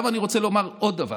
אני רוצה לומר עוד דבר: